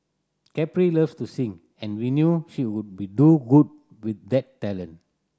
Capri loves to sing and we knew she would be do good with that talent